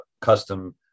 custom